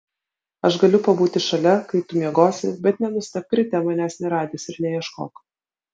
aš galiu pabūti šalia kai tu miegosi bet nenustebk ryte manęs neradęs ir neieškok